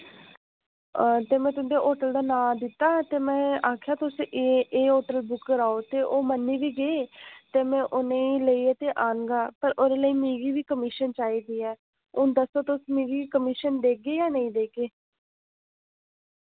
हां ते मैं तुंदे होटल दा नां दित्ता ते में आखेआ तुस एह् एह् होटल बुक कराओ ते ओ मन्नी बी गे ते मैं उ'नेई लेइयै ते आंगा पर ओह्दे लेई मिगी बी कमीशन चाहिदी ऐ हुन दस्सो तुस मिगी कमीशन देगे जां नेईं देगे